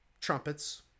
trumpets